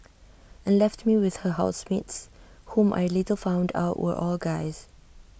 and left me with her housemates whom I later found out were all guys